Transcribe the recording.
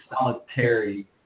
solitary